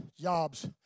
jobs